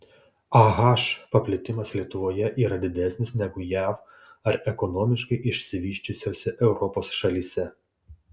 ah paplitimas lietuvoje yra didesnis negu jav ar ekonomiškai išsivysčiusiose europos šalyse